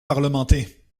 parlementer